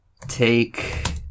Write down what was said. take